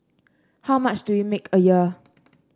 how much do you make a year